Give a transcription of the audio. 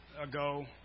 ago